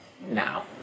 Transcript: now